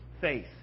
faith